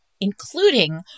including